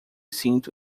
sinto